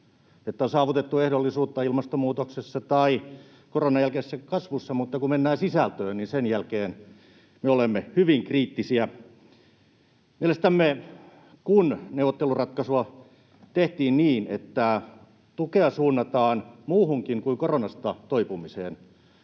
että on saavutettu ehdollisuutta ilmastonmuutoksessa tai koronan jälkeisessä kasvussa, mutta kun mennään sisältöön, niin sen jälkeen me olemme hyvin kriittisiä. Mielestämme siinä yhteydessä, kun neuvotteluratkaisua tehtiin niin, että tukea suunnataan muuhunkin kuin koronasta toipumiseen,